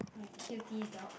my cutie dog